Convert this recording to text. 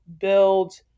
build